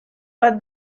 bat